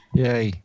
yay